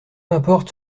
importe